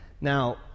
Now